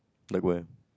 like where